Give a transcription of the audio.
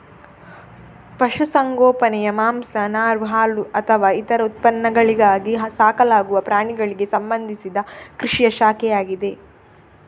ಪಶು ಸಂಗೋಪನೆಯು ಮಾಂಸ, ನಾರು, ಹಾಲುಅಥವಾ ಇತರ ಉತ್ಪನ್ನಗಳಿಗಾಗಿ ಸಾಕಲಾಗುವ ಪ್ರಾಣಿಗಳಿಗೆ ಸಂಬಂಧಿಸಿದ ಕೃಷಿಯ ಶಾಖೆಯಾಗಿದೆ